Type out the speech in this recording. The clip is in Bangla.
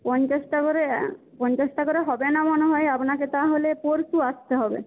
পঞ্চাশটা করে পঞ্চাশটা করে হবে না মনে হয় আপনাকে তাহলে পরশু আসতে হবে